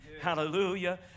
Hallelujah